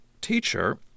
Teacher